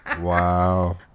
wow